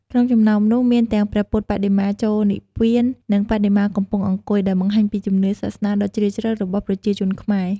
ក្នុងចំណោមនោះ មានទាំងព្រះពុទ្ធបដិមាចូលនិព្វាន និងបដិមាកំពុងអង្គុយ ដែលបង្ហាញពីជំនឿសាសនាដ៏ជ្រាលជ្រៅរបស់ប្រជាជនខ្មែរ។